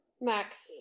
Max